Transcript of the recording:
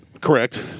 Correct